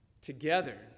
Together